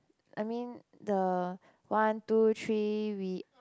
I mean the one two three we